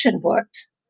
books